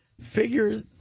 figure